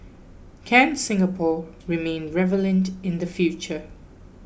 can Singapore remain in the future